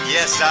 Yes